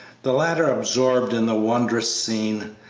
the latter absorbed in the wondrous scene,